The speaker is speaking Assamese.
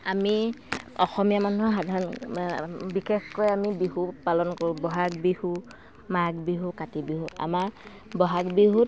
আমি অসমীয়া মানুহে সাধাৰণ বিশেষকৈ আমি বিহু পালন কৰোঁ বহাগ বিহু মাঘ বিহু কাতি বিহু আমাৰ বহাগ বিহুত